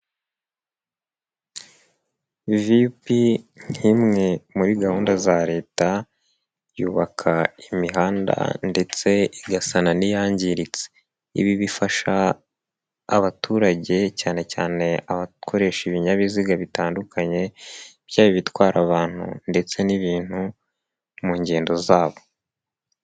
VUP nk'imwe muri gahunda za Leta, yubaka imihanda ndetse igasana n'iyangiritse, ibi bifasha abaturage cyane cyane abakoresha ibinyabiziga bitandukanye, byaba ibitwara abantu ndetse n'ibintu mu ngendo zabo.